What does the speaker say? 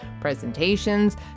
presentations